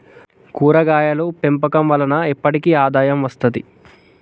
కూరగాయలు పెంపకం వలన ఎప్పటికి ఆదాయం వస్తది